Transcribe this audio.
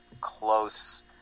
close